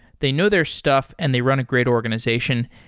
they know their stuff and they run a great organization.